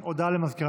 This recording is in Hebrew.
נגד,